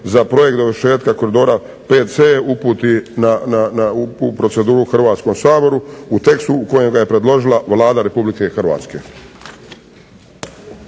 za projekt dovršetka koridora VC uputi u proceduru Hrvatskom saboru, u tekstu u kojem ga je predložila Vlada Republike Hrvatske.